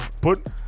put